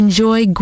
Enjoy